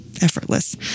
effortless